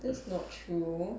that's not true